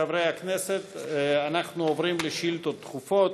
חברי הכנסת, אנחנו עוברים לשאילתות דחופות.